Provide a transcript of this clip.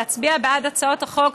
להצביע בעד הצעת החוק,